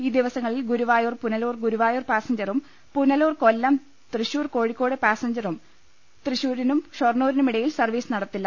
ഈ ദിവസങ്ങളിൽ ഗുരുവായൂർ പുനലൂർ ഗുരുവായൂർ പാസഞ്ചറും പുനലൂർ കൊല്ലം തൃശൂർ കോഴി ക്കോട് പാസഞ്ചറും തൃശൂരിനും ഷൊർണൂരിനും ഇടയിൽ സർവീസ് നടത്തില്ല